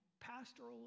pastoral